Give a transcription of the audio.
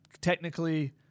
technically –